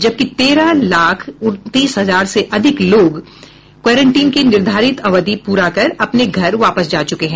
जबकि तेरह लाख उनतीस हजार से अधिक लोग क्वारंटीन की निर्धारित अवधि पूरा कर अपने घर वापस जा चूके हैं